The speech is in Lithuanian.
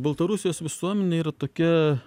baltarusijos visuomenė yra tokia